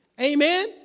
Amen